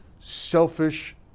selfish